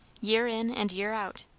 year in and year out.